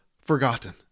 forgotten